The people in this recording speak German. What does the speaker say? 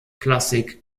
klassik